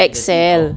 excel